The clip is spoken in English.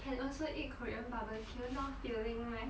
can also eat barbecue not filling meh